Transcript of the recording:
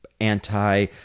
anti